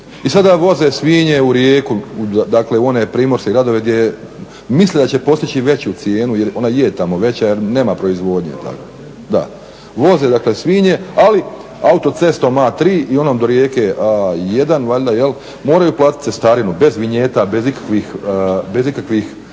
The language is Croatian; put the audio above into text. I sada voze svinje u Rijeku, dakle u one primorske gradove gdje misle da će postići veću cijenu jer ona je tamo veća jer nema proizvodnje takve. Da, voze dakle svinje, ali autocestom A3 ili onom do Rijeke, A1 valjda, moraju platiti cestarinu, bez vinjeta, bez ikakvih